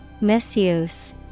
Misuse